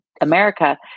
America